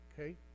Okay